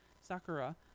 Sakura